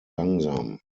langsam